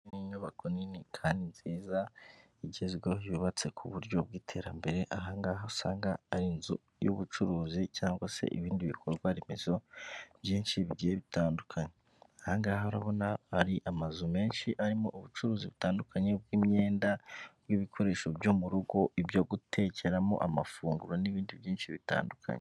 Iyi ni inyubako nini kandi nziza igezweho yubatse ku buryo bw'iterambere, ahangaha usanga ari inzu y'ubucuruzi cyangwa se ibindi bikorwa remezo byinshi bigiye bitandukanye, ahangaha urabona hari amazu menshi arimo ubucuruzi butandukanye bw'imyenda n'ibikoresho byo mu rugo, ibyo gutekeramo amafunguro n'ibindi byinshi bitandukanye.